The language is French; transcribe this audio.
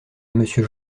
monsieur